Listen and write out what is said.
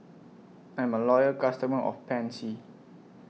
I'm A Loyal customer of Pansy